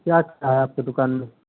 क्या क्या है आपके दुकान में